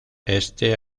este